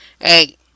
hey